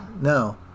No